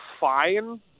fine